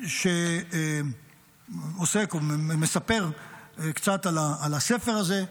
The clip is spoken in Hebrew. שעוסק ומספר קצת על הספר הזה,